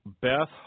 Beth